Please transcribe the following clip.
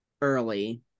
early